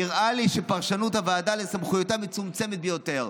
נראה לי שפרשנות הוועדה לסמכותה מצומצמת ביותר.